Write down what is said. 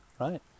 right